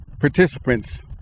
participants